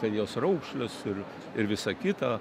jos raukšles ir ir visa kita